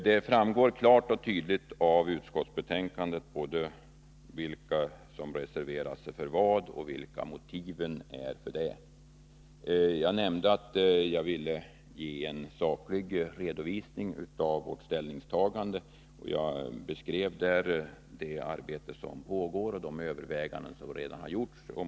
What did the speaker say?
Det framgår klart och tydligt av utskottsbetänkandet både vilka som reserverat sig för vad och vilka motiven är härför. Jag nämnde att jag ville avge en saklig redovisning av vårt ställningstagande, och jag redogjorde för det arbete som pågår och de överväganden som redan gjorts.